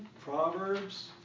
Proverbs